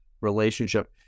relationship